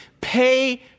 pay